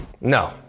No